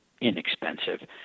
inexpensive